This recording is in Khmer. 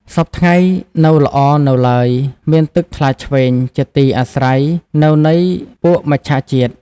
សព្វថ្ងៃ នៅល្អនៅឡើយ, មានទឹកថ្លាឈ្វេង ជាទីអាស្រ័យនៅនៃពួកមច្ឆាជាតិ